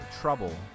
trouble